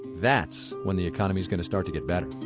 that's when the economy is going to start to get better